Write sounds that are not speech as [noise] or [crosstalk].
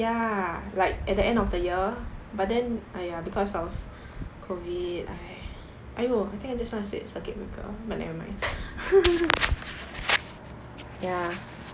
ya like at the end of the year but then !aiya! because of COVID !aiyo! I think I just now said circuit breaker but nevermind [laughs]